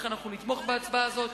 ולכן נתמוך בהצעה הזאת.